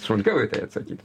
smulkiau į tai atsakyt